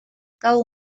gau